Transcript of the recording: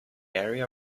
area